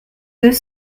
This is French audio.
deux